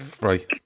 right